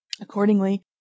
Accordingly